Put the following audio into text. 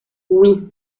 oui